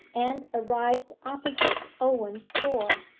and arrived opposite owen's door,